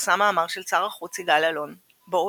פורסם מאמר של שר החוץ יגאל אלון בו הוא